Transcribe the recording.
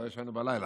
לא ישנו בלילה.